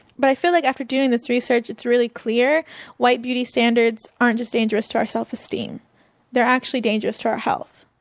but i feel like after doing this research, it's really clear white beauty standards aren't just dangerous to our self esteem they are actually dangerous to our health